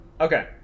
Okay